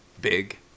big